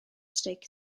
streic